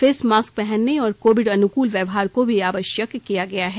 face mask पहनने और Covid अनुकूल व्यवहार को भी आवश्यक किया गया है